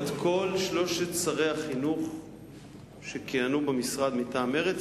את כל שלושת שרי החינוך שכיהנו במשרד מטעם מרצ,